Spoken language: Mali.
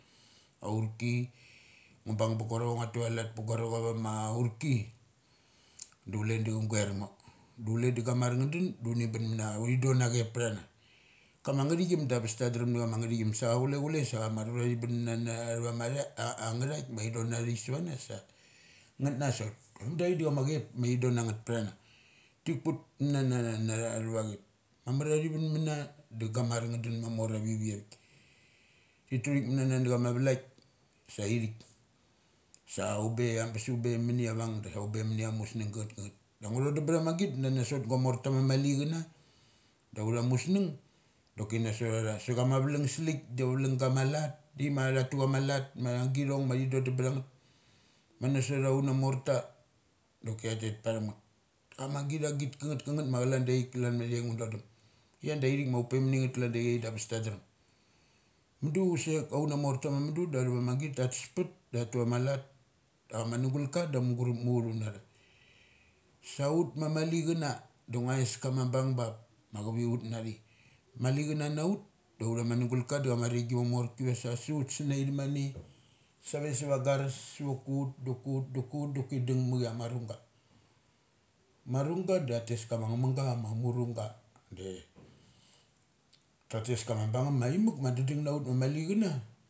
Aurik ngu bung bu gua rocha. Ngua tu a lat pu guaro cha ava ma aurki do chule da cha guar ngo. Do chule da gamar nga dun du onibun mana. Uthi don ache ptha na. Kama nga thichum dabes ta drem na ma manath chum. Sa cha chule, chule sa chama rura thi bun mana na thava ma tha. A nga thark ma thi don athavick sava na. Sa ngeth na sot. Mudu avik da chama chepmathi don angnseth pthana. Ti kut mun na. nathana tha thava chep. Mamar a thi vun mung da gamar nga dun mamar aviviavik. Uthi tuthik manans na chia ma va like saithik. Sa upe ambesupe sa mami avang. Da sa upe mani amus nung gangeth. kangeth. Da ngu ngu thom na ma git dana sa guamorta ma malicha na. Da utha musung doki na sot atha sa chama valung slik. Ti valuing gama lat da thima thatu ama lat ma gi thong ma thi do dum batha nget. Ma git danasot anua morta. Doki tha let bathum ngeth. Ama git agit kangngeth. kangneth ma chalan dai thik klan ma thi athik ngo thodum. Ia calanda ithik ma ure maningeth da chala daithik ma ambes tan drem. Mudu chsek auna morta ma mudu da thavamagit da tha pat da tha tuama lat dachama nugulka da cha mugurup mu uthbunatha. Saut ma mali chana da chama nugul ka ma arringi ma morki vase su ut sina itha mane save sava garas. Doki ut cloki ut cloki dung mek ia marunga. Marungga da tha tes kama nga mingga ama murungg. De tates kama bungngum immuk ma da dang na ut ma mali chana.